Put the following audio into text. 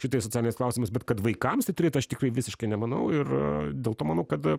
šitais socialiniais klausimais bet kad vaikams tai turėtų aš tikrai visiškai nemanau ir dėl to manau kad